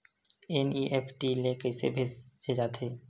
NEFT ले कइसे भेजे जाथे?